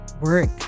work